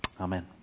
Amen